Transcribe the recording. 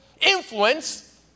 influence